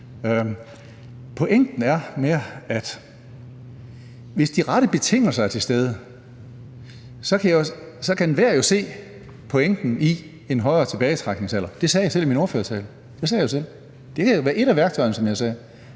Pointen er mere, at hvis de rette betingelser er til stede, kan enhver jo se pointen i en højere tilbagetrækningsalder. Det sagde jeg selv i min ordførertale, det sagde jeg jo selv. Det kan være et af værktøjerne, som jeg sagde.